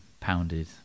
pounded